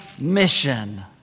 mission